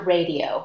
Radio